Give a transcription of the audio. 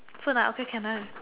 food lah okay can done